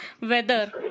weather